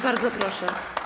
Bardzo proszę.